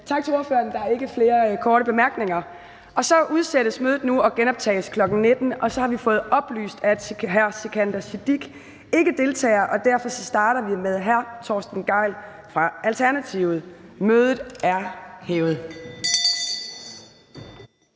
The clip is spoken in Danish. tak til ordføreren. Der er ikke flere korte bemærkninger. Så udsættes mødet nu og genoptages kl. 19.00. Og så har vi fået oplyst, at hr. Sikandar Siddique ikke deltager, og derfor starter vi med hr. Torsten Gejl fra Alternativet. Mødet er udsat.